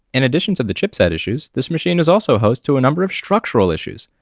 in addition to the chipset issues this machine is also host to a number of structural issues!